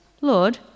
Lord